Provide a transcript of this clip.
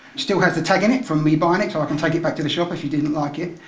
still has the tag in it from me buying it, so i can take it back to the shop if she didn't like it.